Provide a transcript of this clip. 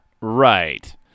Right